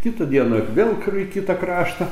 kitą dieną vėl kur į kitą kraštą